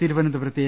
തിരുവ നന്തപുരത്ത് എ